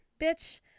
bitch